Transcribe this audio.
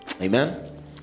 Amen